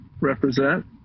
represent